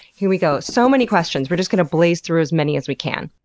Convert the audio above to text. here we go. so many questions. we're just going to blaze through as many as we can.